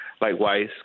Likewise